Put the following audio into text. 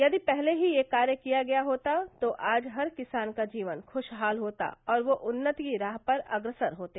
यदि पहले ही यह कार्य किया गया होता तो आज हर किसान का जीवन खुराहाल होता और वो उन्नति की राह पर अग्रसर होते